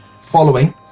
following